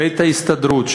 בית ההסתדרות,